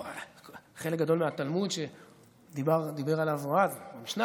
חלק גדול מהתלמוד שדיבר עליו רב במשנה